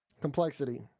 Complexity